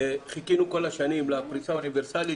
שחיכינו כל השנים לפריסה האוניברסלית,